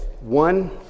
One